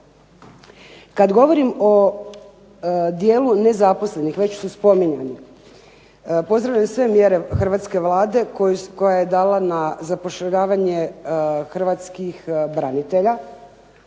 Kad govorim o dijelu nezaposlenih, već su spominjani, pozdravljam sve mjere hrvatske Vlade koja je dala na zapošljavanje hrvatskih branitelja,